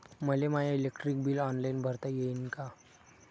मले my electric bill online भरता येईन का?